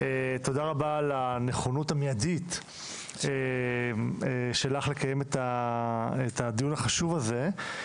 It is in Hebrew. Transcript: תודה רבה על הנכונות המידית שלך לקיים את הדיון החשוב הזה.